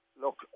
look